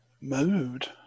Mood